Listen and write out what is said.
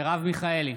מרב מיכאלי,